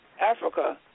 Africa